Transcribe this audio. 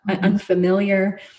unfamiliar